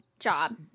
job